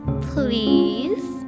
please